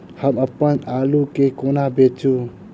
हम अप्पन आलु केँ कोना बेचू?